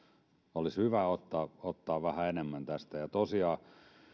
olisi hyvä ottaa ottaa vähän enemmän tästä ja tosiaan